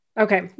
Okay